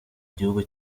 igihugu